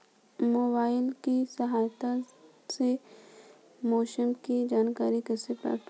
Mobile की सहायता से मौसम की जानकारी कैसे प्राप्त करें?